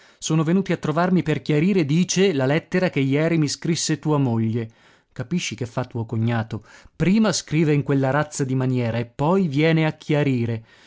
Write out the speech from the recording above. sono venuti a trovarmi per chiarire dice la lettera che jeri mi scrisse tua moglie capisci che fa tuo cognato prima scrive in quella razza di maniera e poi viene a chiarire